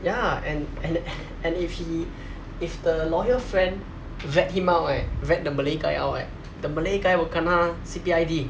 ya and and and if he if the lawyer friend rat him out right rat the malay guy out right the malay guy will kena C_P_I_D